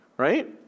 right